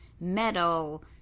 metal